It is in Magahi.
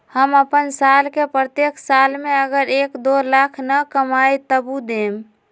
हम अपन साल के प्रत्येक साल मे अगर एक, दो लाख न कमाये तवु देम?